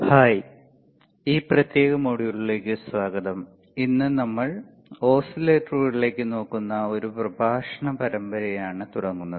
hi ഈ പ്രത്യേക മൊഡ്യൂളിലേക്ക് സ്വാഗതം ഇന്ന് നമ്മൾ ഓസിലേറ്ററുകളിലേക്ക് നോക്കുന്ന ഒരു പ്രഭാഷണ പരമ്പരയാണ് തുടങ്ങുന്നത്